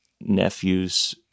nephews